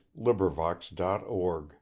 LibriVox.org